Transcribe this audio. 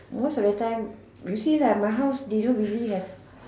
most of the time you see lah my house they don't really have